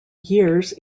years